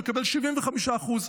מקבל 75%?